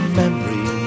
memory